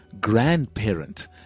grandparent